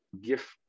gift